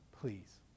please